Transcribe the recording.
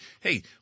hey